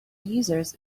users